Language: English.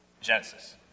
Genesis